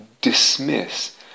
dismiss